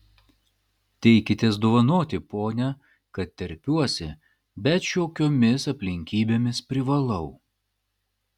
teikitės dovanoti pone kad terpiuosi bet šiokiomis aplinkybėmis privalau